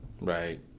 right